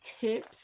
tips